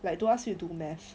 like don't ask me to do math